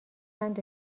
قند